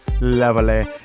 Lovely